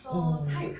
mm